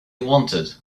wanted